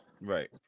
Right